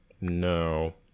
no